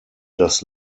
das